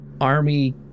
Army